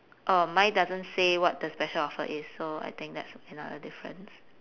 um mine doesn't say what the special offer is so I think that's another difference